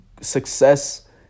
success